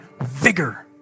vigor